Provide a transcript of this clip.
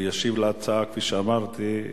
וישיב להצעה, כפי שאמרתי,